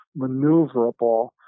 maneuverable